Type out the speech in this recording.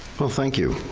well, thank you,